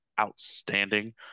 outstanding